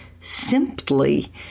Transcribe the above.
simply